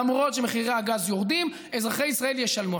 למרות שמחירי הגז יורדים, אזרחי ישראל ישלמו.